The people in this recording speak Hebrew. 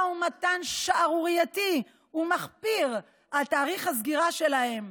ומתן שערורייתי ומחפיר על תאריך הסגירה שלהם,